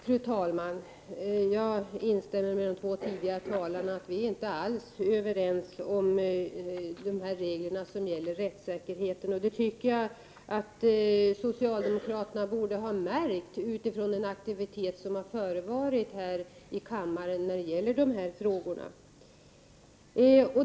Fru talman! Jag instämmer med de två föregående talarna i att vi inte alls är överens om de regler som gäller rättssäkerheten. Det tycker jag att socialdemokraterna borde ha märkt utifrån den aktivitet som har förevarit här i kammaren när det gäller dessa frågor.